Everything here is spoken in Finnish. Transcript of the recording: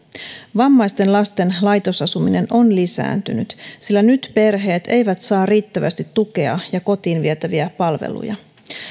vammaisten lasten laitosasuminen on lisääntynyt sillä nyt perheet eivät saa riittävästi tukea ja kotiin vietäviä palveluja